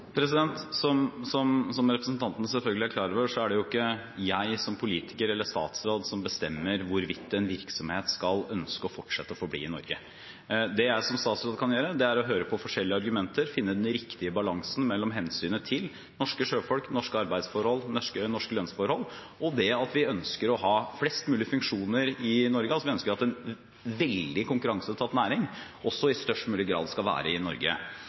Som representanten Botten selvfølgelig er klar over, er det ikke jeg som politiker eller som statsråd som bestemmer hvorvidt en virksomhet skal ønske å forbli i Norge. Det jeg som statsråd kan gjøre, er å høre på forskjellige argumenter, finne den riktige balansen mellom hensynet til norske sjøfolk, norske arbeidsforhold og norske lønnsforhold, og det at vi ønsker å ha flest mulig funksjoner i Norge, altså at en veldig konkurranseutsatt næring i størst mulig grad skal være i Norge.